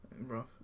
Rough